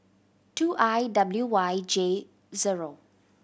two I W Y J zero